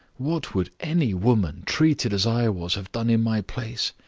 what would any woman, treated as i was, have done in my place?